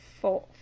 four